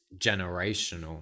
generational